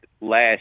last